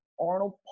Arnold